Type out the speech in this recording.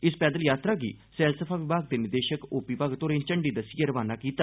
इस पैदल यात्रा गी सैलसफा विभाग दे निदेशक ओ पी भगत होरें झंडी दस्सिए रवाना कीता